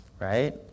right